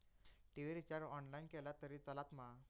TV recharge online केला तरी चलात मा?